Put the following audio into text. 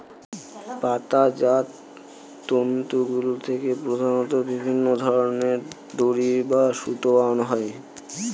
পাতাজাত তন্তুগুলা থেকে প্রধানত বিভিন্ন ধরনের দড়ি বা সুতা বানানো হয়